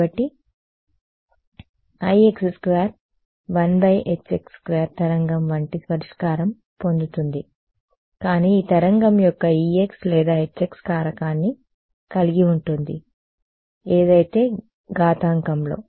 కాబట్టి Ix2 1hx2 తరంగం వంటి పరిష్కారం పొందుతుంది కానీ ఆ తరంగం యొక్క ex లేదా hx కారకాన్ని కలిగి ఉంటుంది ఏదైతే ఘాతాంకంలో